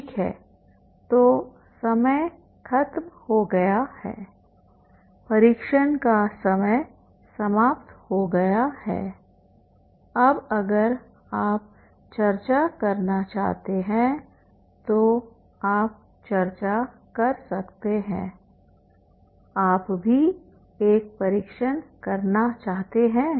ठीक है तो समय खत्म हो गया है परीक्षण का समय समाप्त हो गया है अब अगर आप चर्चा करना चाहते हैं तो आप चर्चा कर सकते हैंआप भी एक परीक्षण करना चाहते हैं